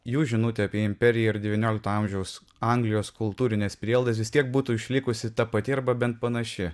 jų žinutė apie imperiją ir devyniolikto amžiaus anglijos kultūrines prielaidas vis tiek būtų išlikusi ta pati arba bent panaši